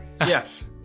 Yes